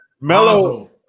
Melo